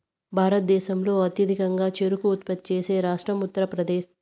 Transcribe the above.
భారతదేశంలో అత్యధికంగా చెరకు ఉత్పత్తి చేసే రాష్ట్రం ఉత్తరప్రదేశ్